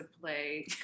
play